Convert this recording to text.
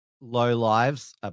low-lives